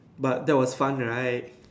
but that was fun right